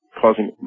causing